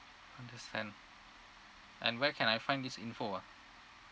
understand and where can I find this info